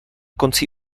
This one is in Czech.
konci